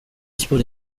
sports